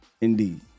Indeed